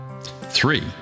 Three